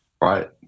right